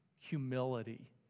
humility